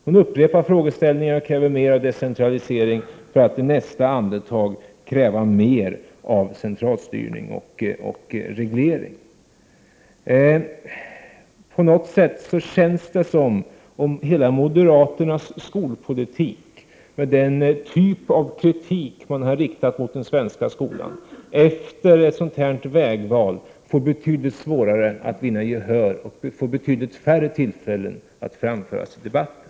Hon kräver mer av decentralisering — för att i nästa andetag kräva mer av centralstyrning och reglering. På något sätt känns det som om moderaternas hela skolpolitik, med den typ av kritik man har riktat mot den svenska skolan, efter ett sådant här vägval får betydligt svårare att vinna gehör, och får betydligt färre tillfällen att framföras i debatten.